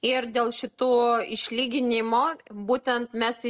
ir dėl šitų išlyginimo būtent mes